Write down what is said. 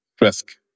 risk